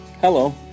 Hello